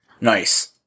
Nice